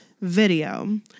video